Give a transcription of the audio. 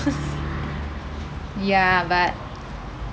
ya but